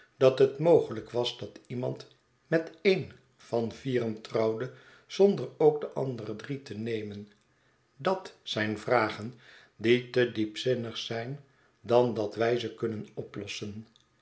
dat het mogelijk was dat iemand met een van vieren trouwde zonder ook de andere drie te nemen dat zijn vragen die te diepzinnig zijn dan dat wij ze kunnen oplossen